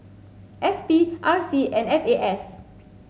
S P R C and F A S